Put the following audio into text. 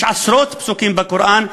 יש עשרות פסוקים בקוראן,